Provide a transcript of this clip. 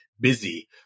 busy